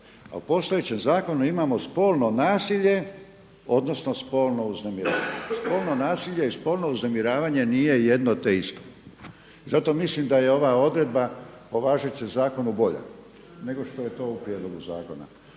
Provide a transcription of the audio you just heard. a u postojećem zakonu imamo spolno nasilje odnosno spolno uznemiravanje. Spolno nasilje i spolno uznemiravanje nije jedno te isto. I zato mislim da je ova odredba po važećem zakonu bolja nego što je to u prijedlogu zakona.